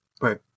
Right